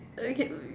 or you can